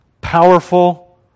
powerful